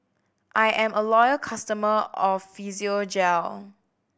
I am a loyal customer of Physiogel